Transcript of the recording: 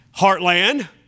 Heartland